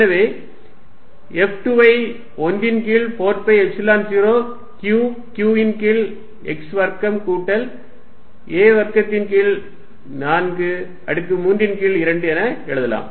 எனவே F2 ஐ 1 ன் கீழ் 4 பை எப்சிலன் 0 Q q ன் கீழ் x வர்க்கம் கூட்டல் a வர்க்கத்தின் கீழ் 4 அடுக்கு 3 ன் கீழ் 2 என எழுதலாம்